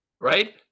right